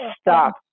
stop